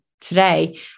today